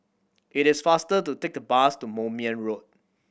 it is faster to take the bus to Moulmein Road